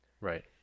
Right